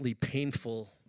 painful